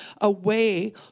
away